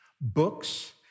books